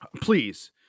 Please